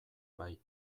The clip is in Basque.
bai